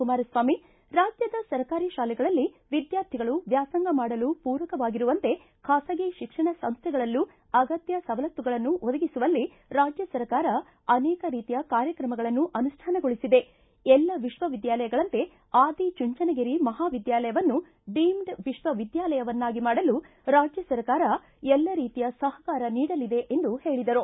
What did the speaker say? ಕುಮಾರಸ್ವಾಮಿ ರಾಜ್ಯದ ಸರ್ಕಾರಿ ಶಾಲೆಗಳಲ್ಲಿ ವಿದ್ಯಾರ್ಥಿಗಳು ವ್ಯಾಸಂಗ ಮಾಡಲು ಪೂರಕವಾಗಿರುವಂತೆ ಖಾಸಗಿ ಶಿಕ್ಷಣ ಸಂಸ್ಥೆಗಳಲ್ಲೂ ಅಗತ್ಯ ಸವಲತ್ತುಗಳನ್ನು ಒದಗಿಸುವಲ್ಲಿ ರಾಜ್ಯ ಸರ್ಕಾರ ಅನೇಕ ರೀತಿಯ ಕಾರ್ಯಕ್ರಮಗಳನ್ನು ಅನುಷ್ಠಾನಗೊಳಿಸಿದೆ ಎಲ್ಲಾ ವಿಶ್ವವಿದ್ಯಾಲಯಗಳಂತೆ ಆದಿ ಚುಂಚನಗಿರಿ ಮಹಾವಿದ್ಯಾಲಯವನ್ನು ಡೀಮ್ಡ್ ವಿಶ್ವವಿದ್ಯಾಲಯವನ್ನಾಗಿ ಮಾಡಲು ರಾಜ್ಯ ಸರ್ಕಾರ ಎಲ್ಲಾ ರೀತಿಯ ಸಹಕಾರ ನೀಡಲಿದೆ ಎಂದು ಹೇಳಿದರು